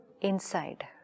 inside